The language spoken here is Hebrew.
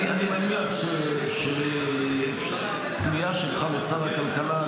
אני מניח שפנייה שלך לשר הכלכלה,